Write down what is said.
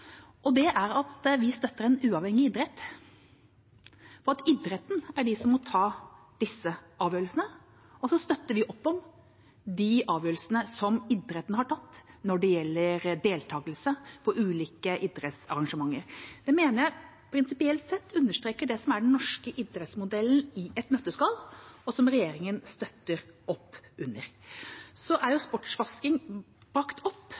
Det er at vi støtter en uavhengig idrett, og at idretten er de som må ta disse avgjørelsene, og så støtter vi opp om de avgjørelsene som idretten har tatt når det gjelder deltakelse på ulike idrettsarrangementer. Det mener jeg prinsipielt sett understreker det som er den norske idrettsmodellen i et nøtteskall, og som regjeringa støtter opp under. Så er «sportsvasking» brakt opp